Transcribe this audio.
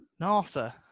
NASA